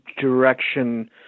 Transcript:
direction